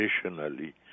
traditionally